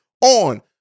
on –